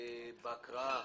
בהקראה